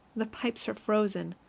the pipes are frozen.